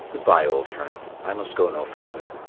good-bye, old friend. i must go no farther.